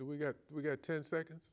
we got we got ten seconds